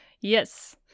yes